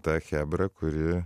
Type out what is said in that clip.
ta chebra kuri